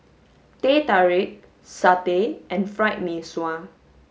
teh tarik satay and fried mee sua